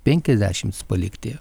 penkiasdešimts palikti